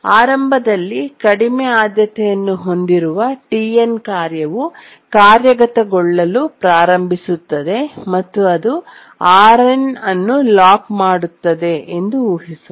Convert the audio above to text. ಆರಂಭದಲ್ಲಿ ಕಡಿಮೆ ಆದ್ಯತೆಯನ್ನು ಹೊಂದಿರುವ Tn ಕಾರ್ಯವು ಕಾರ್ಯಗತಗೊಳ್ಳಲು ಪ್ರಾರಂಭಿಸುತ್ತದೆ ಮತ್ತು ಅದು Rn ಅನ್ನು ಲಾಕ್ ಮಾಡುತ್ತದೆ ಎಂದು ಊಹಿಸೋಣ